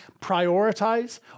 prioritize